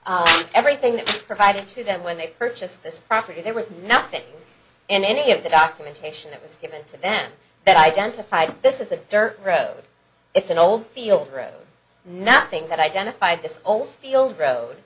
everything that was provided to them when they purchased this property there was nothing in any of the documentation that was given to them that identified this as a dirt road it's an old field route nothing that identified this oldfield road